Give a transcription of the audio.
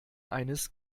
eines